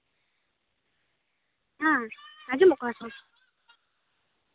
ᱦᱮᱸ ᱟᱸᱡᱚᱢᱚᱜ ᱠᱟᱱᱟ ᱥᱮ ᱵᱟᱝ